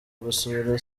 gusura